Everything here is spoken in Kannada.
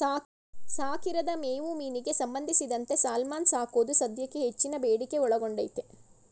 ಸಾಕಿರದ ಮೇವು ಮೀನಿಗೆ ಸಂಬಂಧಿಸಿದಂತೆ ಸಾಲ್ಮನ್ ಸಾಕೋದು ಸದ್ಯಕ್ಕೆ ಹೆಚ್ಚಿನ ಬೇಡಿಕೆ ಒಳಗೊಂಡೈತೆ